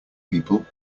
people